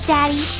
Daddy